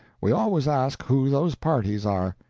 we always ask who those parties are.